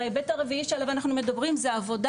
וההיבט הרביעי שעליו אנחנו מדברים זה עבודה